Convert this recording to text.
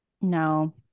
No